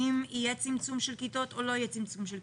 האם יהיה צמצום של כיתות או לא יהיה צמצום של כיתות?